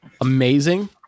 amazing